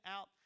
out